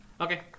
Okay